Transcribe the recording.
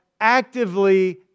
actively